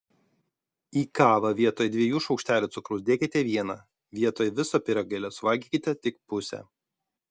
į kavą vietoj dviejų šaukštelių cukraus dėkite vieną vietoj viso pyragėlio suvalgykite tik pusę